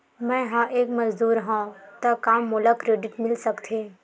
मैं ह एक मजदूर हंव त का मोला क्रेडिट मिल सकथे?